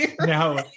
now